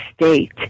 state